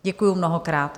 Děkuji mnohokrát.